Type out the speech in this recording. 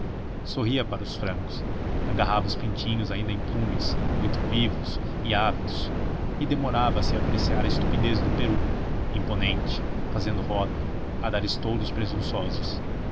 sorria para os frangos agarrava os pintinhos ainda implumes muito vivos e ávidos e demorava-se a apreciar a estupidez do peru imponente fazendo roda a dar estouros presunçosos em